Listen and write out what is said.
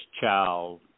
child